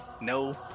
No